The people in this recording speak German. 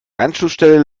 anschlussstelle